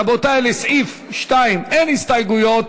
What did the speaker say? רבותי, לסעיף 2 אין הסתייגויות.